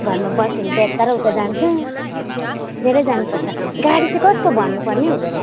घरमा बस्यो भने यता र उता जान्छ लिएरै जानुपर्छ गाडी चाहिँ कसको भन्नु पर्ने हौ